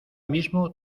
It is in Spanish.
mismo